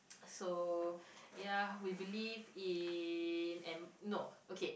so ya we believe in and no okay